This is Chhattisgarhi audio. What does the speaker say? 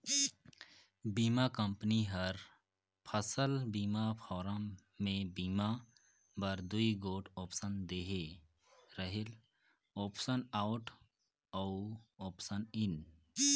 बीमा कंपनी हर फसल बीमा फारम में बीमा बर दूई गोट आप्सन देहे रहेल आप्सन आउट अउ आप्सन इन